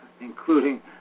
including